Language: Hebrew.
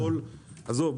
עזוב.